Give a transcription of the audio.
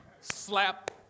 Slap